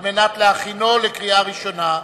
על מנת להכינו לקריאה ראשונה.